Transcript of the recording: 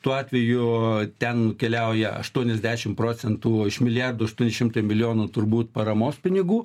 tuo atveju ten keliauja aštuoniasdešim procentų iš milijardo aštuoni šimtai milijonų turbūt paramos pinigų